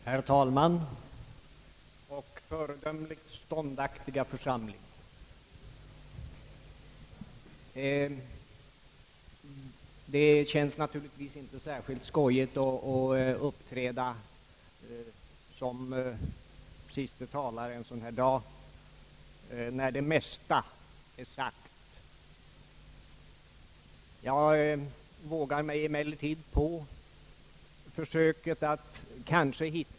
Herr talman och föredömligt ståndaktiga församling! Det känns naturligtvis inte särskilt roligt att uppträda som siste talare en sådan här dag, när det mesta är sagt. Jag vågar mig emellertid på försöket.